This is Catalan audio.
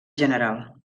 general